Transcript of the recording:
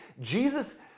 Jesus